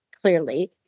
clearly